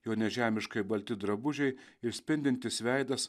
jo nežemiškai balti drabužiai ir spindintis veidas